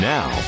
Now